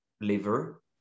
liver